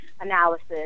analysis